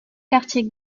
quartier